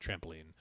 trampoline